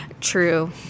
True